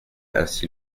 ainsi